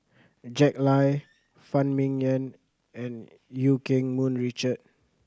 Jack Lai Phan Ming Yen and Eu Keng Mun Richard